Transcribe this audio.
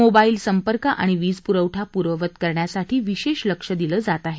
mobile संपर्क आणि वीज पुरवठा पूर्ववत करण्यासाठी विशेष लक्ष दिलं जात आहे